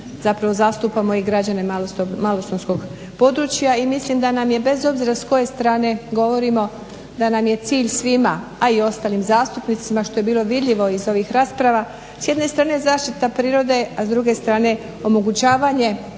zapravo zastupamo i građane malostonskog područja i mislim da nam je bez obzira s koje strane govorimo da nam je cilj svima, a i ostalim zastupnicima što je bilo vidljivo iz ovih rasprava s jedne strane zaštita prirode, a s druge strane omogućavanje